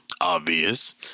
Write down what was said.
Obvious